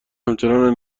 همچنان